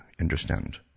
understand